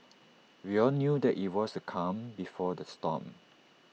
we all knew that IT was the calm before the storm